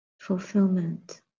fulfillment